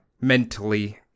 mentally